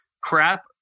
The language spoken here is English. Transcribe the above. Crap